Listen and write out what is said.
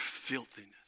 filthiness